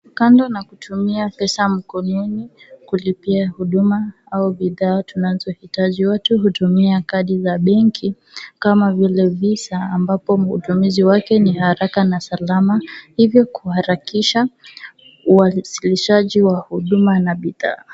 Kando na kutumia pesa mkononi kulipia huduma au bidhaa tunazohitaji, watu hutumia kadi za benki kama vile Visa ambapo utumizi wake ni haraka na salama, hivi kuharakisha uwasilisjaji wa huduma na bidhaa.